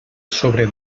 sobre